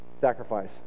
sacrifice